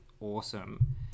awesome